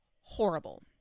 horrible